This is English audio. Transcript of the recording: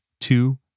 two